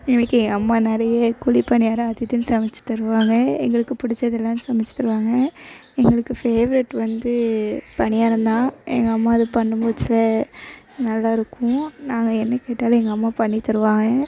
எனக்கு என் அம்மா நிறைய குழிப் பணியாரம் அது இதுன்னு சமைத்துத் தருவாங்க எங்களுக்கு பிடிச்சதுலாம் சமைத்துத் தருவாங்க எங்களுக்கு ஃபேவரேட் வந்து பணியாரம் தான் எங்கள் அம்மா அது பண்ணும் போச்சுல நல்லாயிருக்கும் நாங்கள் என்ன கேட்டாலும் எங்கள் அம்மா பண்ணித் தருவாங்க